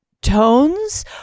tones